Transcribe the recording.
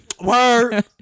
Word